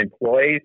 employees